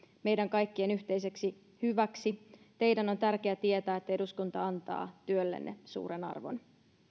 meidän kaikkien yhteiseksi hyväksi teidän on tärkeä tietää että eduskunta antaa työllenne suuren arvon